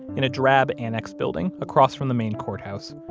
in a drab annex building across from the main courthouse.